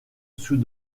sous